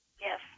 Yes